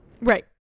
Right